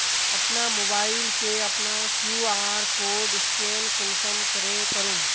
अपना मोबाईल से अपना कियु.आर कोड स्कैन कुंसम करे करूम?